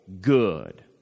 good